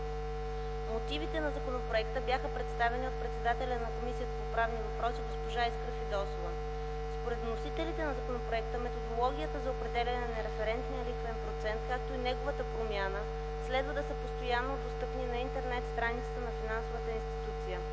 Мотивите на законопроекта бяха представени от председателя на Комисията по правни въпроси госпожа Искра Фидосова. Според вносителите на законопроекта методологията за определяне на референтния лихвен процент, както и неговата промяна следва да са постоянно достъпни на интернет страницата на финансовата институция.